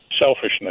selfishness